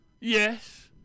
yes